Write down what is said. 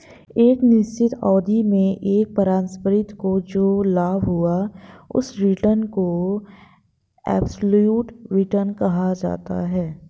एक निश्चित अवधि में एक परिसंपत्ति को जो लाभ हुआ उस रिटर्न को एबसोल्यूट रिटर्न कहा जाता है